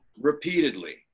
repeatedly